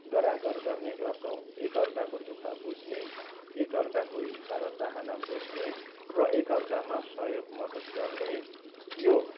गरागर गर्ने गर्छौँ एक अर्काको दु ख बुझ्ने एक अर्काको इच्छा र चाहाना बुझ्ने र एक अर्कामा सहयोग मदत गर्ने यो